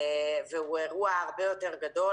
והוא אירוע הרבה יותר גדול,